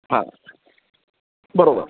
हां बरोबर